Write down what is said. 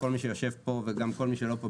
כל מי שיושב פה וגם כל מי שלא פה.